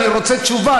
אני רוצה תשובה,